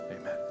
Amen